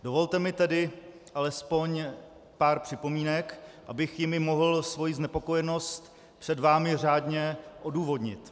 Dovolte mi tedy alespoň pár připomínek, abych jimi mohl svoji znepokojenost před vámi řádně odůvodnit.